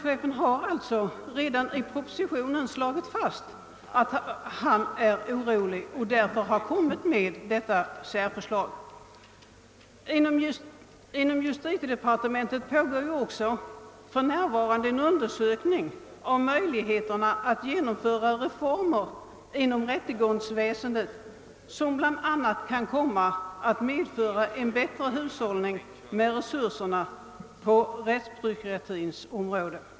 Han har därför i propositionen uttryckt sin oro och lagt fram här presenterade särförslag. Inom justitiedepartementet pågår för närvarande också en undersökning rörande möjligheterna att genomföra reformer inom rättsväsendet, vilka bl.a. kan medföra en bättre hushållning med resurserna på rättspsykiatrins område.